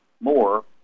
more